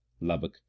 Lubbock